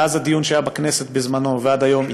מאז הדיון שהיה בכנסת בזמנו ועד היום,